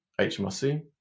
hmrc